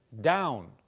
down